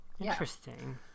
Interesting